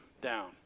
down